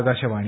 Akashvani